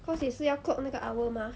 cause 也是要 clock 那个 hour mah